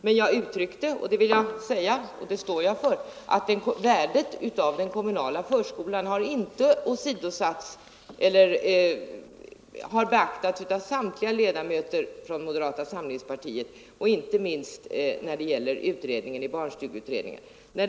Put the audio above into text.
Men jag har sagt — och det står jag för — att värdet av den allmänna förskolan har beaktats av samtliga ledamöter från moderata samlingspartiet, inte minst när det gäller barnstugeutredningens arbete.